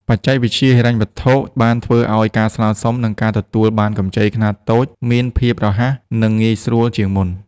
បច្ចេកវិទ្យាហិរញ្ញវត្ថុ បានធ្វើឱ្យការស្នើសុំ និងការទទួលបានកម្ចីខ្នាតតូចមានភាពរហ័ស និងងាយស្រួលជាងមុន។